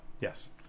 Yes